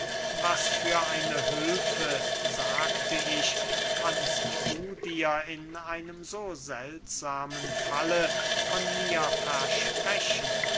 was für eine hülfe sagte ich kannst du dir in einem so seltsamen falle von mir versprechen